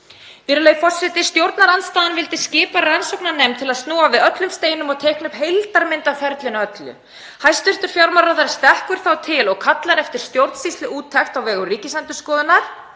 Virðulegi forseti. Stjórnarandstaðan vildi skipa rannsóknarnefnd til að snúa við öllum steinum og teikna upp heildarmynd af ferlinu öllu. Hæstv. fjármálaráðherra stekkur þá til og kallar eftir stjórnsýsluúttekt á vegum Ríkisendurskoðunar.